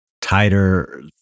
tighter